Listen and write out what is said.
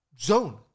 Zone